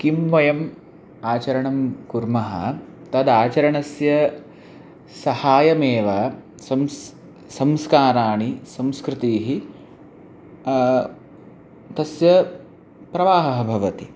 किं वयम् आचरणं कुर्मः तद् आचरणस्य सहायमेव संस् संस्काराणि संस्कृतीः तस्य प्रवाहः भवति